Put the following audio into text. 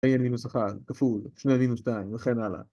a-1 כפול 2-2 וכן הלאה